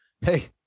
Hey